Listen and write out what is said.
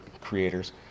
creators